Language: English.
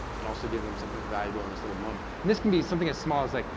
and also give them something valuable in this little moment. and this can be something as small as like,